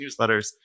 newsletters